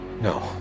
No